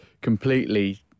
completely